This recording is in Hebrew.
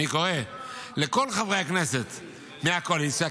אני קורא לכל חברי הכנסת מהקואליציה,